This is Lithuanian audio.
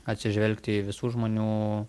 atsižvelgti į visų žmonių